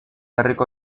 herriko